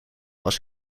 was